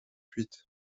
huit